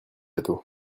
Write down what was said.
gâteau